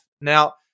Now